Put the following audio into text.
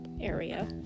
area